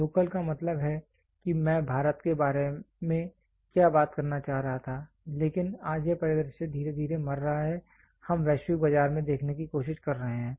local का मतलब है कि मैं भारत के बारे में क्या बात करना चाह रहा था लेकिन आज यह परिदृश्य धीरे धीरे मर रहा है हम वैश्विक बाजार में देखने की कोशिश कर रहे हैं